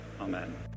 Amen